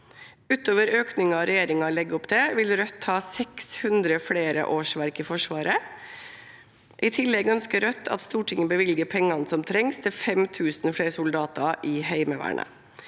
Utover økningen regjeringen legger opp til, vil Rødt ha 600 flere årsverk i Forsvaret. I tillegg ønsker Rødt at Stortinget bevilger pengene som trengs til 5 000 flere soldater i Heimevernet.